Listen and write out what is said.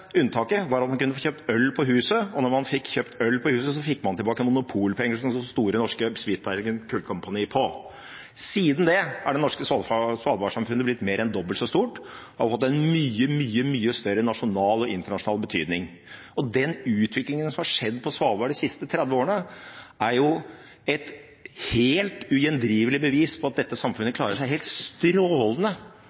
unntaket var at man kunne få kjøpt øl på huset, og når man fikk kjøpt øl på huset, fikk man tilbake monopolpenger som det sto «Store Norske Spitsbergen Kulkompani» på. Siden det har det norske svalbardsamfunnet blitt mer enn dobbelt så stort og har fått en mye, mye større nasjonal og internasjonal betydning. Den utviklingen som har skjedd på Svalbard de siste 30 årene, er et helt ugjendrivelig bevis på at dette samfunnet klarer seg helt